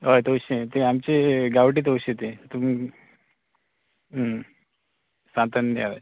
होय तवशीं तीं आमचें तीं गावठी तवशीं तीं तुमी सा तन्नी हय